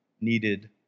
needed